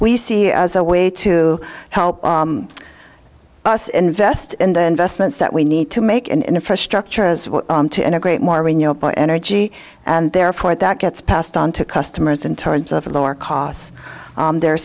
we see as a way to help us invest in the investments that we need to make in infrastructure has to integrate more renewable energy and therefore that gets passed on to customers in terms of lower costs on their